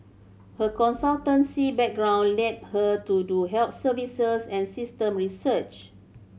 her consultancy background led her to do health services and system research